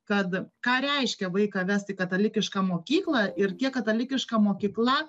kad ką reiškia vaiką vest į katalikišką mokyklą ir kiek katalikiška mokykla